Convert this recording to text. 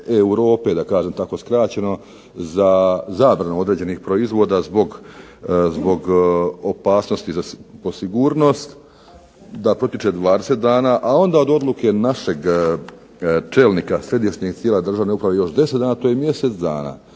da kažem tako skraćeno za zabranu određenih proizvoda zbog opasnosti po sigurnost, da protiče 20 dana, a onda od odluke našeg čelnika središnjih tijela državne uprave još 10 dana. To je mjesec dana.